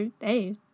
hey